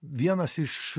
vienas iš